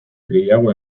gehiago